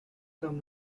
some